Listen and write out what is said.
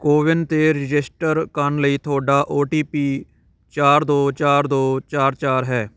ਕੋਵਿਨ 'ਤੇ ਰਜਿਸਟਰ ਕਰਨ ਲਈ ਤੁਹਾਡਾ ਓ ਟੀ ਪੀ ਚਾਰ ਦੋ ਚਾਰ ਦੋ ਚਾਰ ਚਾਰ ਹੈ